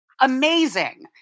Amazing